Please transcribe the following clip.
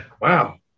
Wow